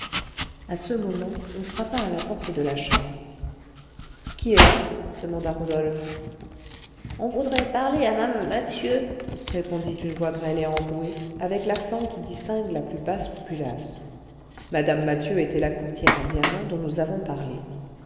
à ce moment on frappa à la porte de la chambre qui est là demanda rodolphe on voudrait parler à m'ame mathieu répondit une voix grêle et enrouée avec l'accent qui distingue la plus basse populace mme mathieu était la courtière en diamants dont nous avons parlé